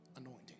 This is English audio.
anointing